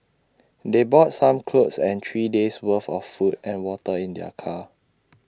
they brought some clothes and three days' worth of food and water in their car